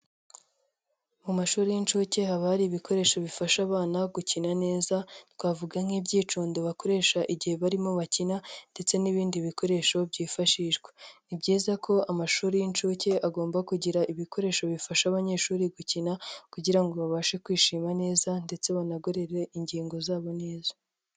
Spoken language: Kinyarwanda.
Mu mashuri y'inshuke haba hari ibikoresho bifasha abana gukina neza twavuga nk'ibyicundo bakoresha igihe barimo bakina ndetse n'ibindi bikoresho byifashishwa, ni byiza ko amashuri y'inshuke agomba kugira ibikoresho bifasha abanyeshuri gukina kugira ngo babashe kwishima neza ndetse banagorore ingingo zabo neza.